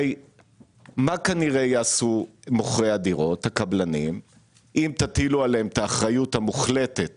מה יעשו הקבלנים אם תטילו עליהם את האחריות המוחלטת